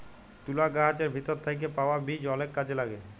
তুলা গাহাচের ভিতর থ্যাইকে পাউয়া বীজ অলেক কাজে ল্যাগে